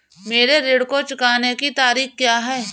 मेरे ऋण को चुकाने की तारीख़ क्या है?